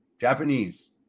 Japanese